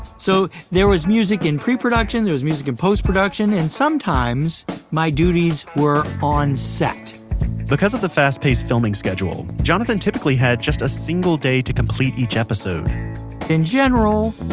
so, there was music in pre-production, there was music in post-production, and sometimes my duties were on set because of the fast-paced filming schedule, jonathan typically had just a single day to complete each episode in general,